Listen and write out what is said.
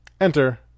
Enter